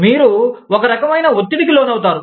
మీరు ఒక రకమైన ఒత్తిడికి లోనవుతారు